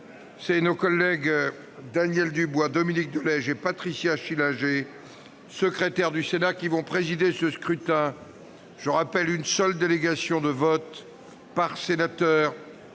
nos collègues Daniel Dubois, Dominique de Legge et Patricia Schillinger, secrétaires du Sénat, qui vont superviser ce scrutin. Je rappelle qu'une seule délégation de vote est